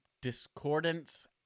Discordance